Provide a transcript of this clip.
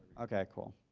okay, cool.